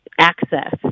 access